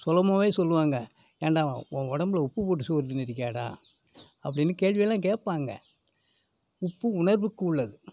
சொல்லும்போதே சொல்லுவாங்க ஏன்டா ஒன் உடம்புல உப்பு போட்டு சோறு தின்னுருக்கியாடா அப்படின்னு கேள்வி எல்லாம் கேப்பாங்க உப்பு உணர்வுக்கு உள்ளது